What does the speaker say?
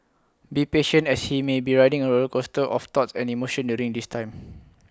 be patient as he may be riding A roller coaster of thoughts and emotions during this time